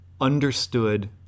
understood